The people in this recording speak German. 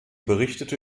berichtete